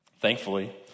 Thankfully